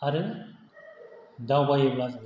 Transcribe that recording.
आरो दावबायोब्ला जोङो